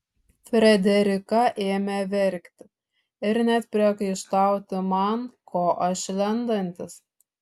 frederika ėmė verkti ir net priekaištauti man ko aš lendantis